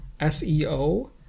SEO